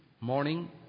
morning